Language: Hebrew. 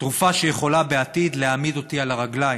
תרופה שיכולה בעתיד להעמיד אותי על הרגליים,